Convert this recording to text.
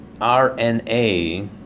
RNA